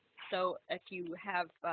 so if you have